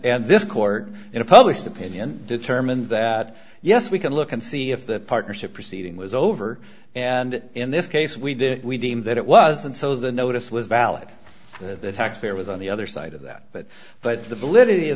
is or in a published opinion determined that yes we can look and see if the partnership proceeding was over and in this case we did we deem that it wasn't so the notice was valid the taxpayer was on the other side of that but but the validity of